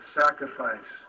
sacrifice